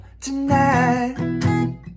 tonight